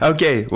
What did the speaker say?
Okay